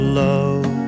love